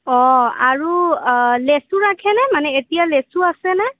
অঁ আৰু আ লেচু ৰাখেনে এতিয়া লেচু আছেনে